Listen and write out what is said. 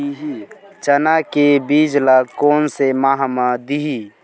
चना के बीज ल कोन से माह म दीही?